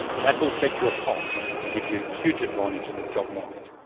that will set you apart and give you a huge advantage in the job market.